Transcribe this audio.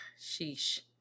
sheesh